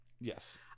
yes